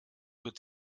wird